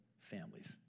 families